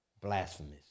blasphemous